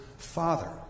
Father